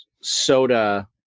soda